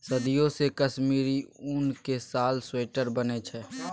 सदियों सँ कश्मीरी उनक साल, स्वेटर बनै छै